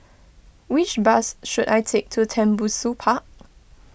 which bus should I take to Tembusu Park